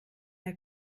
der